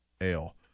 Ale